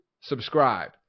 subscribe